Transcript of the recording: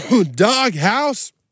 Doghouse